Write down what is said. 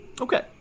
Okay